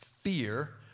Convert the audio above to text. Fear